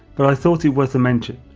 but i thought it worth the mention,